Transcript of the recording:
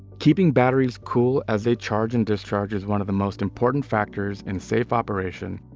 keeping batteries cool as they charge and discharge is one of the most important factors in safe operation,